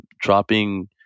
dropping